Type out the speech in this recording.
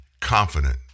confident